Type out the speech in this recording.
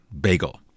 bagel